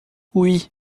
oui